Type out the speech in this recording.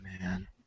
man